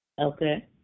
Okay